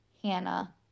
Hannah